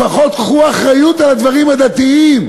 לפחות קחו אחריות על הדברים הדתיים.